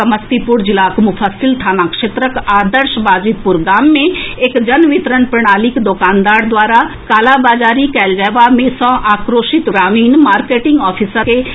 समस्तीपुर जिलाक मुफस्सिल थाना क्षेत्रक आदर्श बाजितपुर गाम मे एक जन वितरण प्रणालीक दोकानदार द्वारा कालाबाजारी कएल जएबा सँ आक्रोशित ग्रामीण मार्केटिंग ऑफिसर के बंधक बना लेलनि